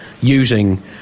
using